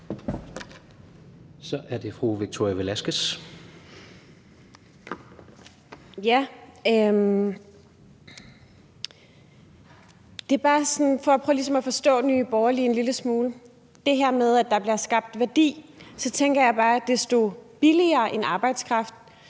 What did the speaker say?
Kl. 17:01 Victoria Velasquez (EL): Det er bare for sådan ligesom at prøve at forstå Nye Borgerlige en lille smule med hensyn til det her med, at der bliver skabt værdi. Så tænker jeg bare, at desto billigere en arbejdskraft